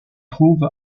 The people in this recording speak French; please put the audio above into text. trouve